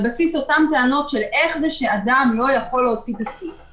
ועל בסיס אותן טענות של "איך זה שאדם לא יכול להוציא תדפיס על עצמו",